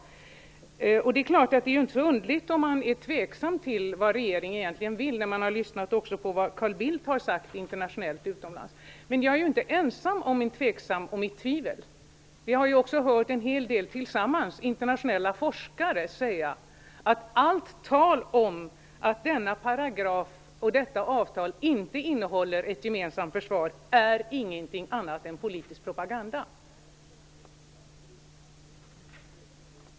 Det är inte så underligt att man blir tveksam inför vad regeringen egentligen vill när man lyssnat till vad Carl Bildt har sagt internationellt. Jag är inte ensam om min tvekan och mitt tvivel. Vi har hört en hel del internationella forskare säga: Allt tal om att denna paragraf och detta avtal inte innehåller ett gemensamt försvar är ingenting annat är politisk propaganda.